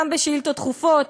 גם בשאילתות דחופות,